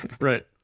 Right